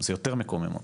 זה יותר מקומם אותי.